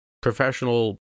professional